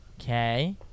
okay